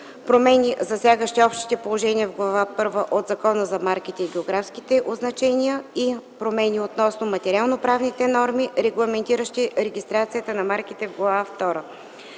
промени, засягащи общите положения в Глава първа от Закона за марките и географските означения; - промени относно материалноправните норми, регламентиращи регистрацията на марките в Глава